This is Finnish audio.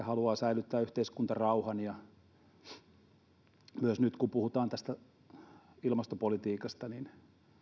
haluaa säilyttää yhteiskuntarauhan ja nyt kun puhutaan myös tästä ilmastopolitiikasta niin